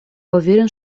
уверен